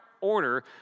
order